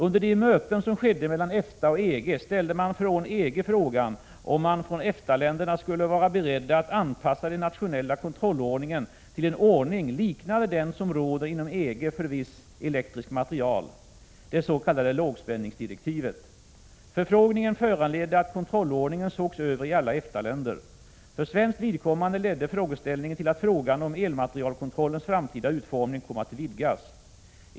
Under de möten som skedde mellan EFTA och EG ställdes från EG frågan om man från EFTA-länderna skulle vara beredd att anpassa den nationella kontrollordningen till en ordning liknande den som råder inom EG för viss elektrisk materiel, det s.k. lågspänningsdirektivet. Förfrågningen föranled de att kontrollordningen sågs över i alla EFTA-länder. För svenskt vidkommande ledde frågeställningen till att frågan om elmaterielkontrollens framtida utformning kom att vidgas.